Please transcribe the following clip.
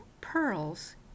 pearls